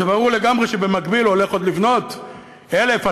זה ברור לגמרי שבמקביל הוא הולך לבנות עוד 1,000,